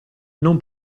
non